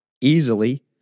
easily